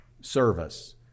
service